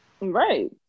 right